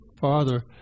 father